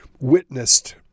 witnessed